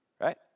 right